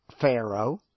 Pharaoh